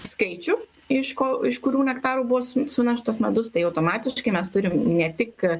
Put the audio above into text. skaičių iš ko iš kurių nektarų buvo suneštas medus tai automatiškai mes turim ne tik